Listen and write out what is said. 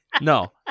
no